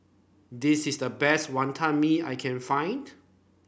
this is the best Wonton Mee I can find